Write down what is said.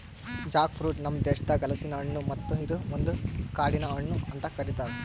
Jack fruit ನಮ್ ದೇಶದಾಗ್ ಹಲಸಿನ ಹಣ್ಣು ಮತ್ತ ಇದು ಒಂದು ಕಾಡಿನ ಹಣ್ಣು ಅಂತ್ ಕರಿತಾರ್